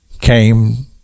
came